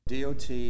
DOT